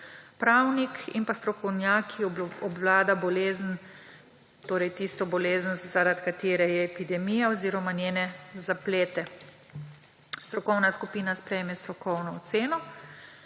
pravnik in pa strokovnjak, ki obvlada bolezen, torej tisto bolezen, zaradi katere je epidemija oziroma njene zaplete. Strokovna skupina sprejme strokovno oceno.